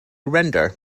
render